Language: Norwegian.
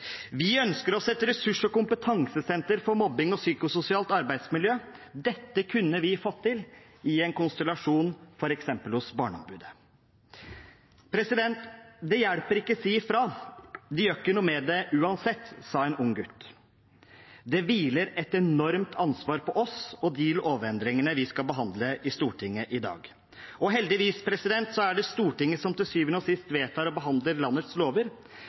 Vi ønsker oss et ressurs- og kompetansesenter for mobbing og psykososialt arbeidsmiljø. Dette kunne vi fått til i en konstellasjon, f.eks. hos Barneombudet. Det hjelper ikke å si ifra, de gjør ikke noe med det uansett, sa en ung gutt. Det hviler et enormt ansvar på oss og de lovendringene vi skal behandle i Stortinget i dag. Heldigvis er det Stortinget som til syvende og sist vedtar og behandler landets lover.